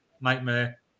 nightmare